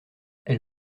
elle